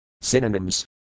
Synonyms